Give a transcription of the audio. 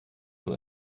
von